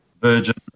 Virgin